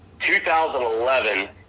2011